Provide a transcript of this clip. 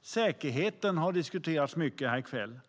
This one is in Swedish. Säkerheten har diskuterats mycket här i kväll.